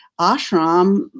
ashram